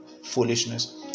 Foolishness